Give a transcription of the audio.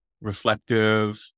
reflective